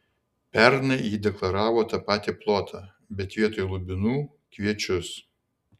pernai ji deklaravo tą patį plotą bet vietoj lubinų kviečius